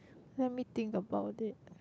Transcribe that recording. let me think about it